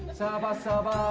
va sa? um ah sa va